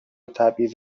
تبعیض